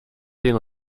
den